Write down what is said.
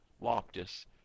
Loftus